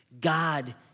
God